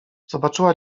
zobaczyła